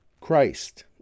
Christ